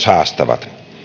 haastavat